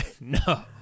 no